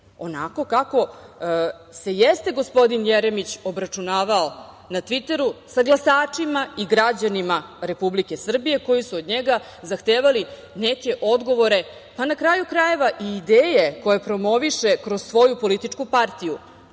onako kako se jeste gospodin Jeremić obračunavao na Tviteru sa glasačima i građanima Republike Srbije koji su od njega zahtevali neke odgovore, pa na kraju krajeva i ideje koje promoviše kroz svoju političku partiju.